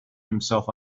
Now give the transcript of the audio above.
himself